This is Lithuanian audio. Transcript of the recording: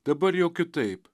dabar jau kitaip